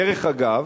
דרך אגב,